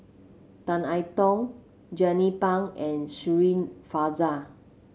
Tan I Tong Jernnine Pang and Shirin Fozdar